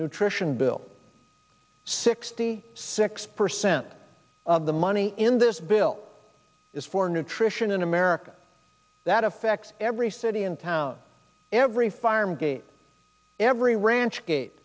nutrition bill sixty six percent of the money in this bill is for nutrition in america that affects every city and town every fireman gave every